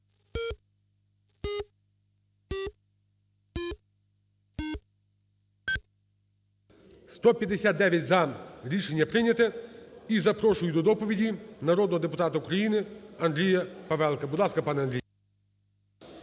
За-159 Рішення прийнято. І запрошую до доповіді народного депутата України Андрія Павелко. Будь ласка, пане Андрій.